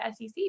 sec